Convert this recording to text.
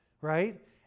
right